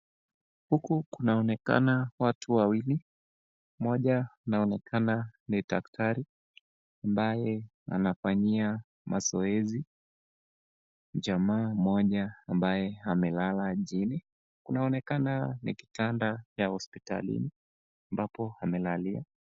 Huku kunaonekana watu wawili, mmoja anaonekana ni daktari ambaye anafanyia mazoezi jamaa mmoja ambaye amelala chini. Kunaonekana ni kitanda ya hospitali ambapo amelalia.